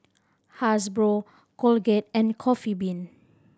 Hasbro Colgate and Coffee Bean